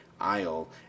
aisle